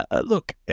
Look